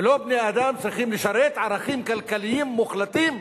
ולא בני-אדם צריכים לשרת ערכים כלכליים מוחלטים,